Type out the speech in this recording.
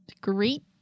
great